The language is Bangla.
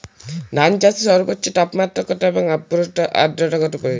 ধান চাষে সর্বোচ্চ তাপমাত্রা কত এবং আর্দ্রতা কত প্রয়োজন?